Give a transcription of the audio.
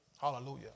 Hallelujah